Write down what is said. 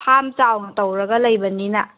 farm ꯆꯥꯎꯅ ꯇꯧꯔꯒ ꯂꯩꯕꯅꯤꯅ